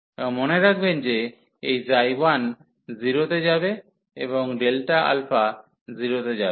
এবং মনে রাখবেন যে এই 1 0 তে যাবে এবং Δα 0 তে যাবে